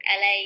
la